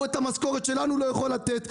הוא את המשכורת שלנו לא יכול לתת.